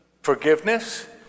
Forgiveness